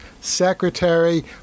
secretary